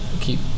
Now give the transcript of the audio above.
keep